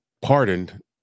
pardoned